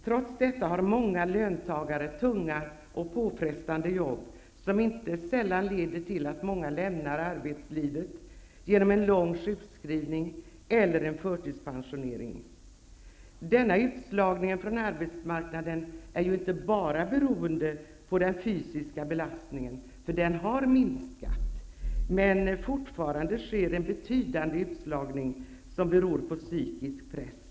Trots detta har många löntagare tunga och påfrestande jobb, som inte sällan leder till att många lämnar arbetslivet genom en lång sjukskrivning eller en förtidspensionering. Denna utslagning från arbetsmarknaden är inte bara beroende av den fysiska belastningen, för den har minskat. Men fortfarande sker en betydande utslagning som beror på psykisk press.